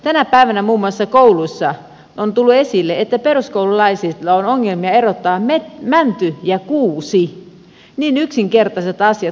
tänä päivänä muun muassa on tullut esille että peruskoululaisilla on ongelmia erottaa mänty ja kuusi niin yksinkertaiset asiat